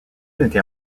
était